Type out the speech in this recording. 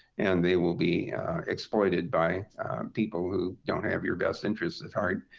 and they will be exploited by people who don't have your best interests at heart.